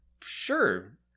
Sure